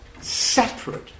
separate